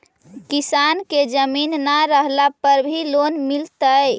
किसान के जमीन न रहला पर भी लोन मिलतइ?